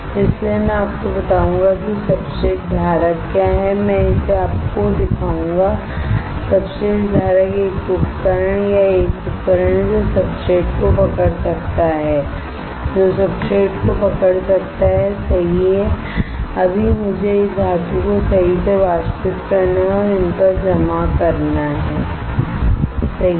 इसलिए मैं आपको बताऊंगा कि सब्सट्रेट धारक क्या हैं मैं इसे आपको दिखाऊंगा सब्सट्रेट धारक एक उपकरण या एक उपकरण है जो सब्सट्रेट को पकड़ सकता हैसही है अभी मुझे इस धातु को सही से वाष्पित करना है और इन पर जमा करना है सही है